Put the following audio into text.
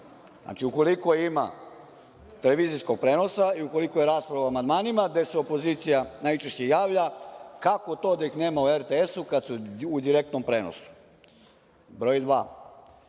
Znači, ukoliko ima televizijskog prenosa i ukoliko je rasprava o amandmanima, gde se opozicija najčešće javlja, kako to da ih nema u RTS-u kad su u direktnom prenosu? Broj